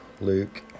Luke